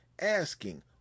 asking